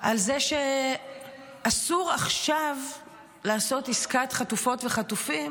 על זה שאסור עכשיו לעשות עסקת חטופות וחטופים